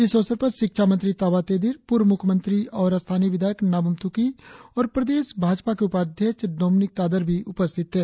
इस अवसर पर शिक्षा मंत्री ताबा तेदिर पूर्व मुख्यमंत्री और स्थानीय विधायक नाबम तुकी और प्रदेश भाजपा के उपाध्यक्ष दोमिनिक तादर भी उपस्थित थे